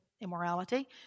immorality